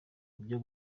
byo